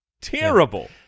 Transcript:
Terrible